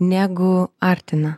negu artina